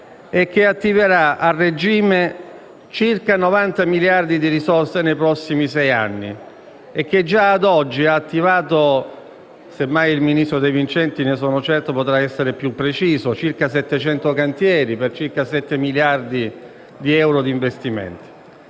che attiverà a regime circa 90 miliardi di risorse nei prossimi sei anni e che già ad oggi ha attivato - sicuramente il ministro De Vincenti potrà essere più preciso - circa 700 cantieri, per circa 7 miliardi di euro di investimenti.